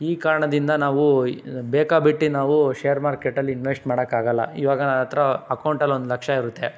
ಈ ಕಾರಣದಿಂದ ನಾವು ಬೇಕಾಬಿಟ್ಟಿ ನಾವು ಶೇರ್ ಮಾರ್ಕೆಟಲ್ಲಿ ಇನ್ವೆಶ್ಟ್ ಮಾಡೋಕ್ಕಾಗಲ್ಲ ಈವಾಗ ನನ್ನ ಹತ್ರ ಅಕೌಂಟಲ್ಲಿ ಒಂದು ಲಕ್ಷ ಇರುತ್ತೆ